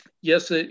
yes